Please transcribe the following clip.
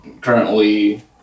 currently